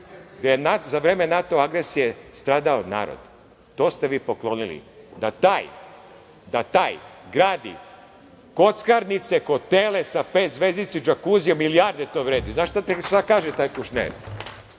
gde je za vreme NATO agresije stradao narod. To ste vi poklonili, da taj gradi kockarnice, hotele sa pet zvezdica i đakuzijem. Milijarde to vredi. Znate li šta kaže taj Kušner?